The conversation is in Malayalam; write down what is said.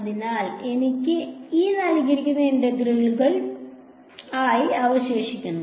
അതിനാൽ എനിക്ക് ഈ ഇന്റഗ്രലുകൾ ആയി അവശേഷിക്കുന്നു